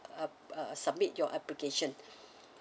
uh uh submit your application